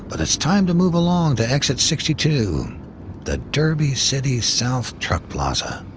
but it's time to move along to exit sixty two the derby city south truck plaza.